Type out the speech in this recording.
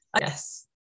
Yes